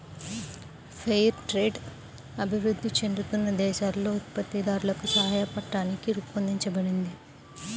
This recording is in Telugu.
ఫెయిర్ ట్రేడ్ అభివృద్ధి చెందుతున్న దేశాలలో ఉత్పత్తిదారులకు సాయపట్టానికి రూపొందించబడింది